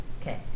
Okay